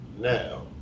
Now